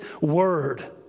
word